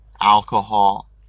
alcohol